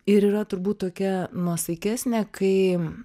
ir yra turbūt tokia nuosaikesnė kai